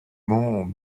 monts